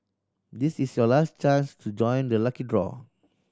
this is your last chance to join the lucky draw